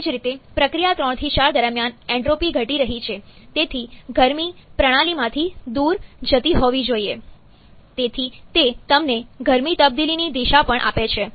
એ જ રીતે પ્રક્રિયા 3 થી 4 દરમિયાન એન્ટ્રોપી ઘટી રહી છે તેથી ગરમી પ્રણાલીમાંથી દૂર જતી હોવી જોઈએ તેથી તે તમને ગરમી તબદીલીની દિશા પણ આપે છે